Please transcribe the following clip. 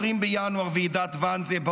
ב-20 בינואר בוועידת ואנזה,